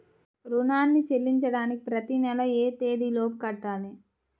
రుణాన్ని చెల్లించడానికి ప్రతి నెల ఏ తేదీ లోపు కట్టాలి?